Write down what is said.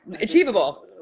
achievable